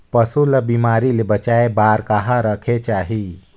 पशु ला बिमारी ले बचाय बार कहा रखे चाही?